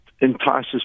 entices